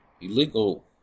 Illegal